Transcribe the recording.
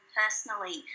personally